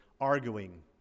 arguing